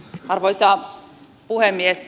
arvoisa puhemies